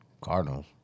Cardinals